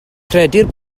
credir